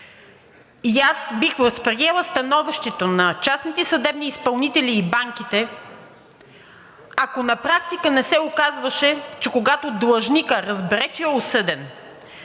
Аз бих приела становището на частните съдебни изпълнители и банките, ако на практика не се оказваше, че когато длъжникът разбере, че е осъден,